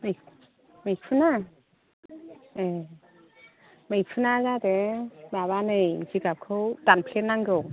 मैखुनआ ए मैखुनआ जादों माबा नै जिगाबखौ दानफ्लेनांगौ